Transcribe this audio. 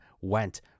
went